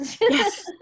Yes